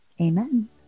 Amen